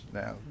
now